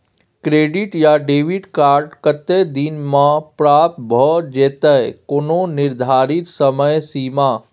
Credit या debit card कत्ते दिन म प्राप्त भ जेतै, कोनो निर्धारित समय सीमा?